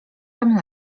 tam